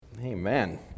Amen